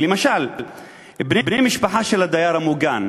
למשל בני משפחה של הדייר המוגן.